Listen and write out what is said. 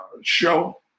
show